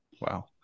Wow